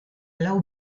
lau